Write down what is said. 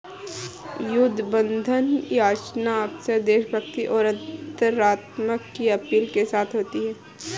युद्ध बंधन याचना अक्सर देशभक्ति और अंतरात्मा की अपील के साथ होती है